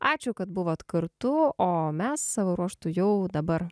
ačiū kad buvot kartu o mes savo ruožtu jau dabar